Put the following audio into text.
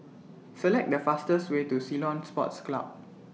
Select The fastest Way to Ceylon Sports Club